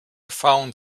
found